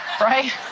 right